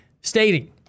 stating